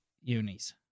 unis